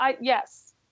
Yes